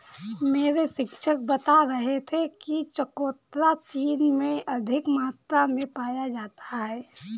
मेरे शिक्षक बता रहे थे कि चकोतरा चीन में अधिक मात्रा में पाया जाता है